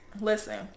listen